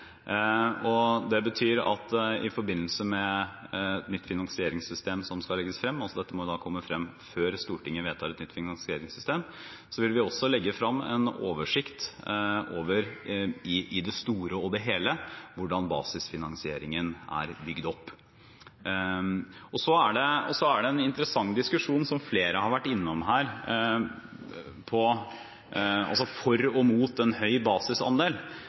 det. Det betyr at i forbindelse med nytt finansieringssystem som skal legges frem – dette må jo komme frem før Stortinget vedtar et nytt finansieringssystem – vil vi også legge frem en oversikt over i det store og det hele hvordan basisfinansieringen er bygd opp. Så er det en interessant diskusjon som flere har vært innom her, nemlig for og imot en høy basisandel.